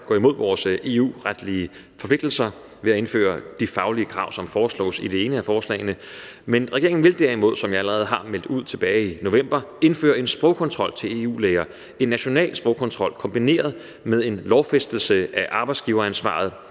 går imod vores EU-retlige forpligtelser ved at indføre de faglige krav, som foreslås i det ene af forslagene, men regeringen vil derimod, som jeg allerede meldte ud tilbage i november, indføre en sprogkontrol for EU-læger. En national sprogkontrol kombineret med en lovfæstelse af arbejdsgiveransvaret